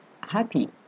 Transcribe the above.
happy